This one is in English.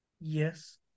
Yes